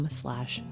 slash